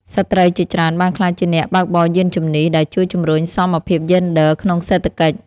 ស្ត្រីជាច្រើនបានក្លាយជាអ្នកបើកបរយានជំនិះ ដែលជួយជំរុញសមភាពយេនឌ័រក្នុងសេដ្ឋកិច្ច។